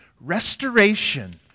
restoration